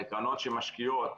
בקרנות שמשקיעות.